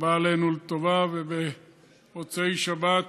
הבא עלינו לטובה, ובמוצאי שבת